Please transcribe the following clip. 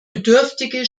bedürftige